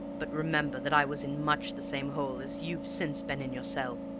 but remember that i was in much the same hole as you've since been in yourself,